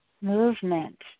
Movement